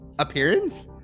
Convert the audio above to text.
Appearance